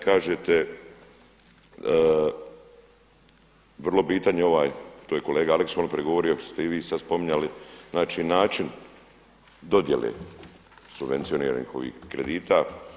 Kažete, vrlo bitan je ovaj, to je kolega Aleksić malo prije govorio što ste i vi sada spominjali, znači način dodjele subvencioniranih ovih kredita.